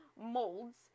molds